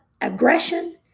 aggression